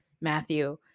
matthew